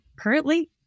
currently